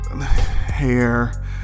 hair